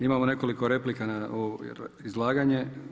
Imamo nekoliko replika na ovo izlaganje.